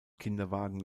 kinderwagen